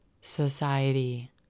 Society